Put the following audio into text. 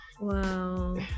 wow